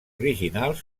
originals